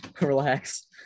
Relax